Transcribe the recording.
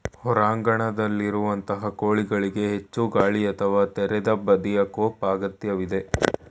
ಹೊರಾಂಗಣದಲ್ಲಿರುವಂತಹ ಕೋಳಿಗಳಿಗೆ ಹೆಚ್ಚು ಗಾಳಿ ಅಥವಾ ತೆರೆದ ಬದಿಯ ಕೋಪ್ ಅಗತ್ಯವಿದೆ